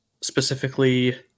specifically